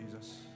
Jesus